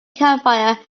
campfire